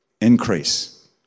Increase